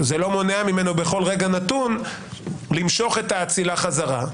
זה לא מונע ממנו בכל רגע נתון למשוך את האצילה חזרה,